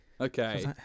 okay